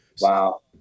wow